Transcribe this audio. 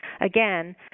again